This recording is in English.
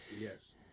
Yes